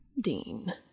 Dean